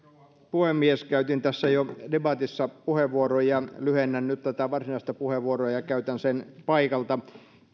puhemies käytin jo debatissa puheenvuoron ja lyhennän nyt tätä varsinaista puheenvuoroa ja käytän sen paikalta